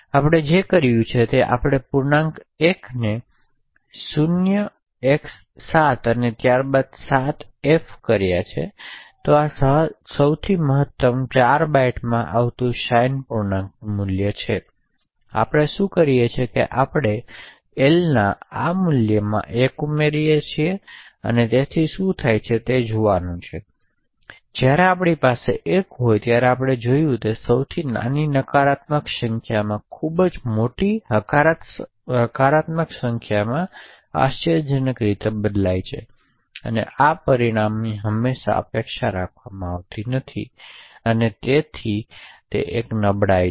આપણે જે કર્યું તે છે કે આપણે પૂર્ણાંક l ને 0 x 7 ત્યારબાદ 7 fs કર્યો છે તેથી આ સૌથી મહતમ 4 બાઇટ માં આવતું સાઇન પૂર્ણાંકનું મૂલ્ય છે તેથી આપણે શું કરીએ છીએ કે આપણે એલના આ મૂલ્યમાં 1 ઉમેરીએ છીએ અને શું થાય છે તે જોવાનું છે તેથી જ્યારે આપણી પાસે 1 હોય ત્યારે આપણે જોયું તે સૌથી નાની નકારાત્મક સંખ્યામાં ખૂબ મોટી હકારાત્મક સંખ્યામાં આશ્ચર્યજનક રીતે બદલાય છે તેથી આ પરિણામની હંમેશા અપેક્ષા રાખવામાં આવતી નથી અને તેથી તે એક નબળાઈ છે